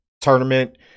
tournament